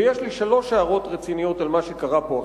ויש לי שלוש הערות רציניות על מה שקרה פה עכשיו.